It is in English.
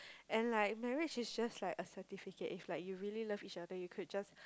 and like marriage is just like a certificate is like if you really love each other you could just